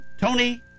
Tony